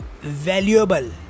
valuable